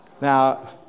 Now